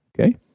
Okay